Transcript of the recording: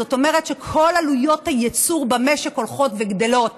זאת אומרת שכל עלויות הייצור במשק הולכות וגדלות